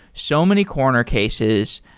so many corner cases.